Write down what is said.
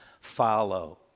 follow